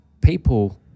people